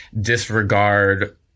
disregard